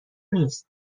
نیست